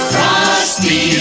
Frosty